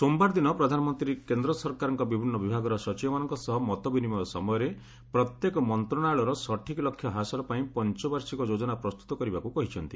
ସୋମବାର ଦିନ ପ୍ରଧାନମନ୍ତ୍ରୀ କେନ୍ଦ୍ର ସରକାରଙ୍କ ବିଭିନ୍ନ ବିଭାଗର ସଚିବମାନଙ୍କ ସହ ମତ ବିନିମୟ ସମୟରେ ପ୍ରତ୍ୟେକ ମନ୍ତ୍ରଣାଳୟର ସଠିକ୍ ଲକ୍ଷ୍ୟ ହାସଲ ପାଇଁ ପଞ୍ଚବାର୍ଷିକ ଯୋଚ୍ଚନା ପ୍ରସ୍ତୁତ କରିବାକୁ କହିଛନ୍ତି